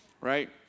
right